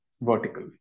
vertical